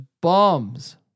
bombs